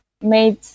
made